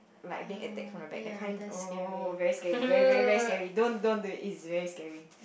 like being attack from the back that kinds oh very scary very very scary don't don't do it is very scary